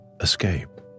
escape